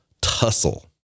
tussle